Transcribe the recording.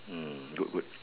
mm good good